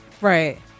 Right